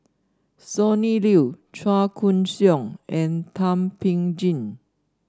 Sonny Liew Chua Koon Siong and Thum Ping Tjin